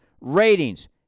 ratings